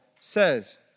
says